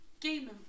Game